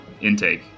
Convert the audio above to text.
intake